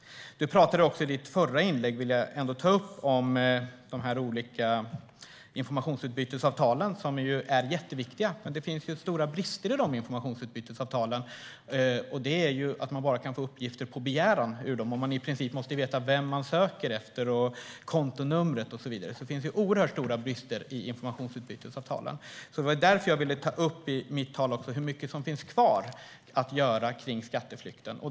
Du pratade i ditt förra inlägg om de olika informationsutbytesavtalen, som är jätteviktiga. Men det finns stora brister i de avtalen. Det är att man kan få uppgifter ur dem bara på begäran och att man i princip måste veta vem man söker, kontonumret och så vidare. Det finns oerhört stora brister i informationsutbytesavtalen. Det var därför som jag i mitt anförande ville ta upp hur mycket som finns kvar att göra kring skatteflykten.